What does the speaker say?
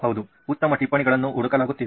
ಹೌದು ಉತ್ತಮ ಟಿಪ್ಪಣಿಗಳನ್ನು ಹುಡುಕಲಾಗುತ್ತಿದೆ